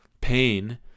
pain